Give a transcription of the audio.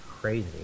Crazy